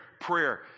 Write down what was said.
prayer